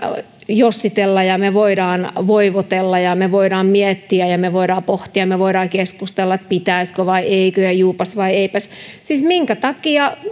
jossitella ja me voimme voivotella ja me voimme miettiä ja me voimme pohtia me voimme keskustella siitä pitäisikö vai eikö ja juupas vai eipäs siis minkä takia